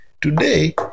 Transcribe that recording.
Today